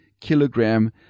kilogram